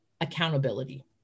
accountability